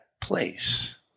place